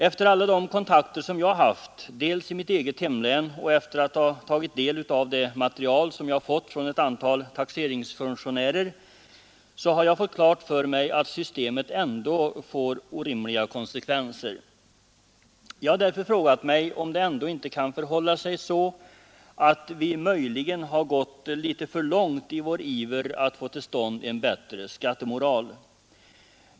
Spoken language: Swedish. Efter alla de kontakter jag haft i mitt eget hemlän och efter att ha tagit del av det material som jag fått från ett antal taxeringsfunktionärer har jag fått klart för mig att systemet ändå får orimliga konsekvenser. Därför har jag frågat mig om det inte kan förhålla sig så, att vi möjligen har gått litet för långt i vår iver att få till stånd en bättre skattemoral.